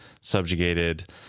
subjugated